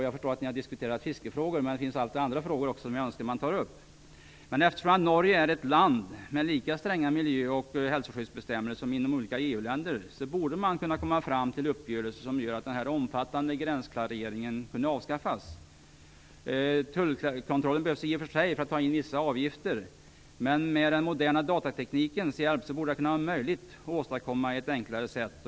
Jag förstår att man har diskuterat fiskefrågor, men det finns också andra frågor som det är önskvärt att man tar upp. Eftersom Norge är ett land med lika stränga miljö och hälsoskyddsbestämmelser som olika EU länder har, borde man kunna komma fram till uppgörelser som gör att denna omfattande gränsklarering kunde avskaffas. Tullkontrollen behövs i och för sig för att ta in vissa avgifter, men med den moderna datateknikens hjälp borde detta vara möjligt att åstadkomma på ett enklare sätt.